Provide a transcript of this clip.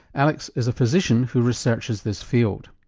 alex is a physician who researches this field.